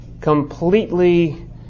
completely